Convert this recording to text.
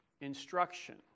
instruction